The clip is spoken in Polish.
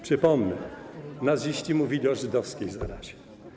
Przypomnę, że naziści mówili o żydowskiej zarazie.